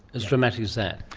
as dramatic as that.